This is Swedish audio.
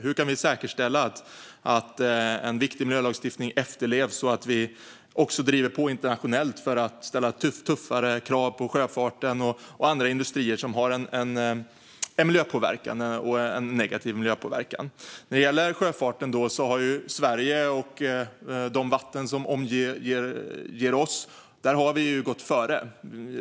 Hur kan vi säkerställa att viktig miljölagstiftning efterlevs och även driva på internationellt för tuffare krav på sjöfarten och andra industrier som har negativ miljöpåverkan? När det gäller sjöfarten och de vatten som omger oss har Sverige gått före.